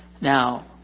Now